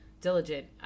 Diligent